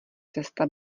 cesta